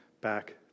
back